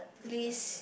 list